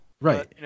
Right